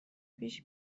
پیش